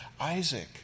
Isaac